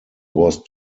was